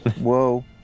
whoa